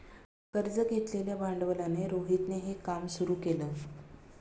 कर्ज घेतलेल्या भांडवलाने रोहितने हे काम सुरू केल